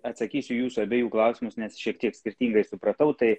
atsakysiu į jūsų abiejų klausimus nes šiek tiek skirtingai supratau tai